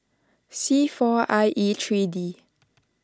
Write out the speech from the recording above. C four I E three D